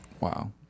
Wow